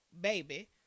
Baby